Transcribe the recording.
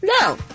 No